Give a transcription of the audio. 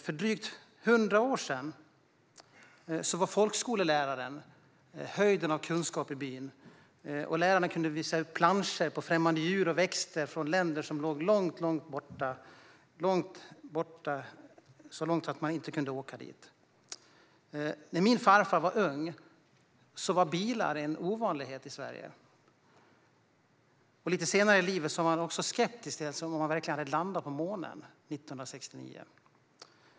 För drygt hundra år sedan var folkskolläraren höjden av kunskap i byn. Läraren kunde visa upp planscher med främmande djur och växter från länder som låg långt borta, så långt borta att man inte kunde åka dit. När min farfar var ung var bilar en ovanlighet i Sverige. Lite senare i livet var han också skeptisk till att någon verkligen hade landat på månen 1969.